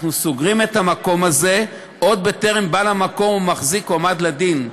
אנחנו סוגרים את המקום הזה עוד בטרם הועמד בעל המקום או המחזיק לדין.